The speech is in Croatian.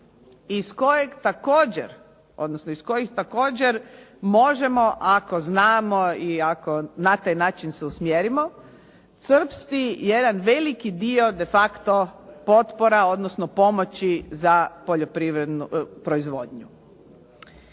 iz kojih također možemo ako znamo i ako na taj način se usmjerimo crpsti jedan veliki dio de facto potpora, odnosno pomoći za poljoprivrednu proizvodnju.